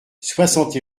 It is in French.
soixante